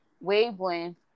wavelength